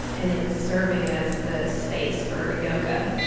and it's serving as the space for yoga.